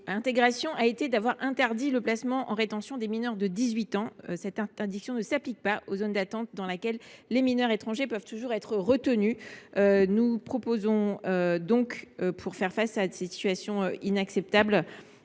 Intégration est d’avoir interdit le placement en rétention des mineurs de 18 ans. Cependant, cette interdiction ne s’applique pas aux zones d’attente, dans lesquelles les mineurs étrangers peuvent toujours être retenus. Pour faire face à ces situations inacceptables,